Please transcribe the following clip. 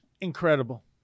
Incredible